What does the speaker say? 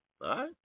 right